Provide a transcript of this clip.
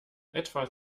etwa